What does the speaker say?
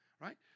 Right